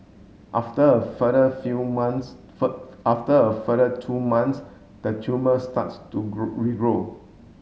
after a further few months after a further two months the tumour starts to regrow